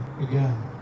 again